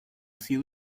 sido